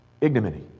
ignominy